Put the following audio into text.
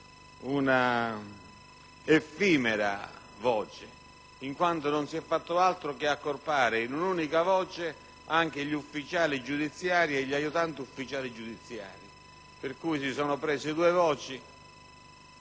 un'effimera voce, in quanto non si è fatto altro che accorpare in un'unica voce anche gli ufficiali giudiziari e gli aiutanti ufficiali giudiziari. Ripeto, si sono prese due voci,